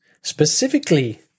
specifically